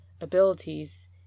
abilities